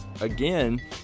again